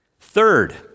Third